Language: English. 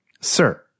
Sir